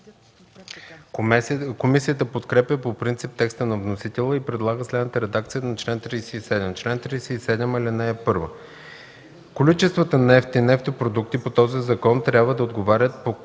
Комисията подкрепя по принцип текста на вносителя и предлага следната редакция на чл. 37: „Чл. 37. (1) Количествата нефт и нефтопродукти по този закон трябва да отговарят по